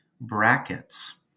brackets